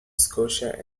scotia